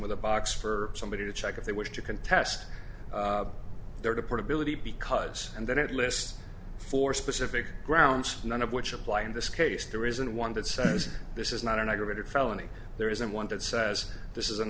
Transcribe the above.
with a box for somebody to check if they wish to contest there to portability because and then it lists for specific grounds none of which apply in this case there isn't one that says this is not an aggravated felony there isn't one that says this is an